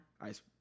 Ice